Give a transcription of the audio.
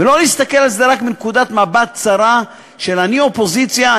ולא להסתכל על זה רק מנקודת מבט צרה של אני אופוזיציה,